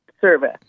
service